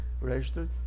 registered